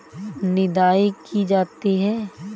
निदाई की जाती है?